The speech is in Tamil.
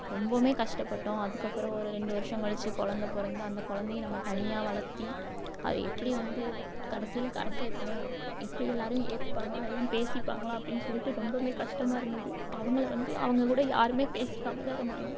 ரொம்பவுமே கஷ்டப்பட்டோம் அதுக்கப்புறம் ஒரு ரெண்டு வருஷம் கழிச்சு குழந்த பிறந்து அந்த கொழந்தையும் நம்ம தனியாக வளர்த்தி அது எப்படி வந்து கடைசியில கரை சேத்தணும் இப்படி எல்லாரும் ஏத்துப்பாங்களா எல்லாம் பேசிப்பாங்களா அப்படின் சொல்லிட்டு ரொம்பவுமே கஷ்டமாக இருந்தது அவங்கள வந்து அவங்கக்கூட யாருமே பேசிக்காமல் தான் இருந்தாங்க